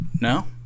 No